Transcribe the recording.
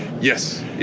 Yes